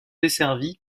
desservie